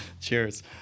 Cheers